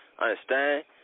Understand